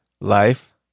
life